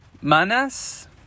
Manas